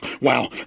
Wow